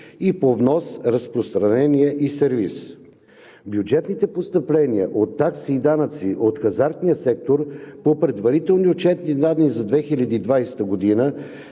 и по внос, разпространение и сервиз. Бюджетните постъпления от такси и данъци от хазартния сектор по предварителни отчетни данни за 2020 г. са